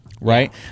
right